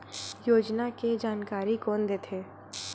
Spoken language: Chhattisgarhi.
योजना के जानकारी कोन दे थे?